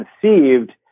conceived